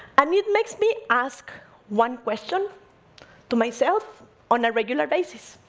i mean it makes me ask one question to myself on a regular basis.